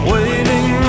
Waiting